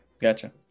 Gotcha